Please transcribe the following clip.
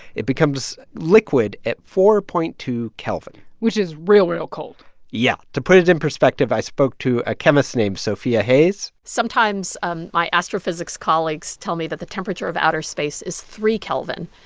it becomes liquid at four point two kelvin which is real, real cold yeah. to put it in perspective, i spoke to a chemist named sophia hayes sometimes um my astrophysics colleagues tell me that the temperature of outer space is three kelvin,